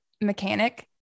mechanic